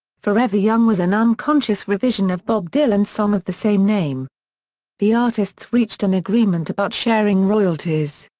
forever young was an unconscious revision of bob dylan's song of the same name the artists reached an agreement about sharing royalties.